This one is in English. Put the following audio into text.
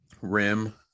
rim